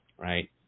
right